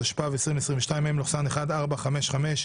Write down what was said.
התשפ"ב-2022 (מ/1455),